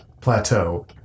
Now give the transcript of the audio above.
plateau